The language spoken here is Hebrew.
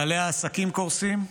בעלי העסקים קורסים.